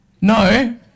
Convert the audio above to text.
No